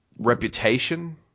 reputation